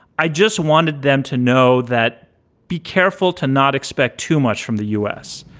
i just wanted them to know that be careful to not expect too much from the u s,